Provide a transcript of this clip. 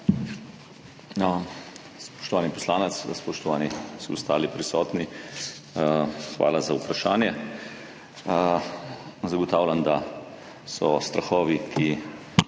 Spoštovani poslanec! Spoštovani vsi ostali prisotni! Hvala za vprašanje. Zagotavljam, da so strahovi, ki